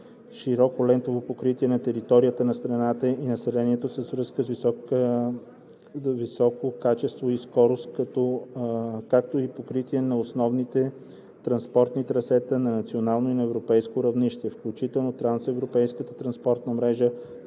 широколентово покритие на територията на страната и населението с връзка с високо качество и скорост, както и покритие на основните транспортни трасета на национално и на европейско равнище, включително трансевропейската транспортна мрежа,